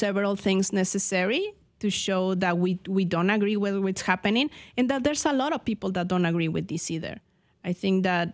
several things necessary to show that we we don't agree with happening and that there's a lot of people that don't agree with d c there i think that